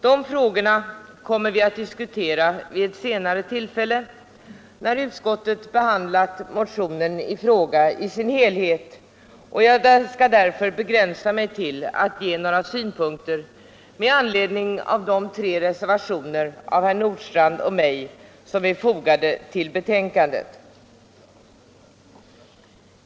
De frågorna kommer vi att diskutera vid ett senare tillfälle, när utskottet behandlat motionen i dess helhet, och jag skall därför begränsa mig till att framföra några synpunkter med anledning av de tre reservationer av herr Nordstrandh och mig som är fogade till betänkandet.